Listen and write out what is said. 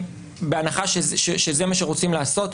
בהנחה שזה מה שרוצים לעשות,